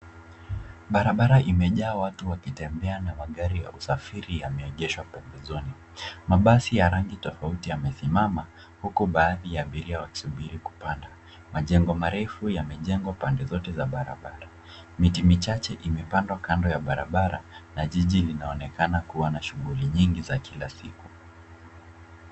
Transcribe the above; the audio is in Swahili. Barabara imejaa watu wakitembea na magari ya usafiri yameegeshwa pembezoni. Mabasi ya rangi tofauti yamesimama huku baadhi ya abiria wakisubiri kupanda. Majengo marefu yamejengwa pande zote za barabara. Miti michache imepandwa kando ya barabara na jiji linaonekana kuwa na shughuli nyingi za kila siku.